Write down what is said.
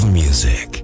music